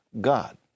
God